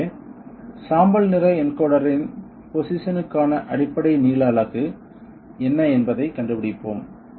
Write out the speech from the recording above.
எனவே சாம்பல் நிற என்கோடரின் பொசிஷன்க்கான அடிப்படை நீள அலகு என்ன என்பதைக் கண்டுபிடிப்போம்